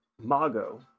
Mago